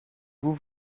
vous